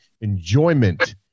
enjoyment